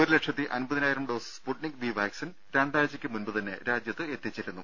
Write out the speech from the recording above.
ഒരുലക്ഷത്തി അമ്പതിനായിരം dose Sputnik V vaccine രണ്ടാഴ്ചയ്ക്ക് മുമ്പുതന്നെ രാജ്യത്ത് എത്തിച്ചിരുന്നു